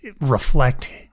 reflect